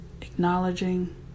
Acknowledging